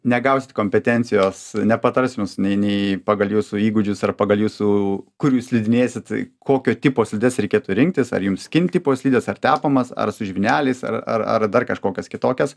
negausit kompetencijos nepatars jums nei nei pagal jūsų įgūdžius ar pagal jūsų kur jūs slidinėsit kokio tipo slides reikėtų rinktis ar jums skin tipo slides ar tepamas ar su žvyneliais ar ar ar dar kažkokias kitokias